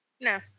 No